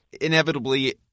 inevitably